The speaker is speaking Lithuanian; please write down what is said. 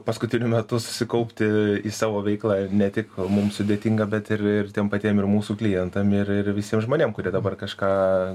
paskutiniu metu susikaupti į savo veiklą ne tik mum sudėtinga bet ir ir tiem patiem ir mūsų klientam ir ir visiem žmonėm kurie dabar kažką